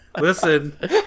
Listen